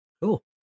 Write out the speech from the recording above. Cool